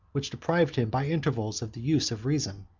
which deprived him by intervals of the use of reason.